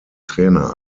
trainer